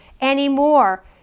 anymore